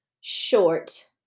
short